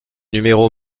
numéro